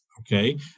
okay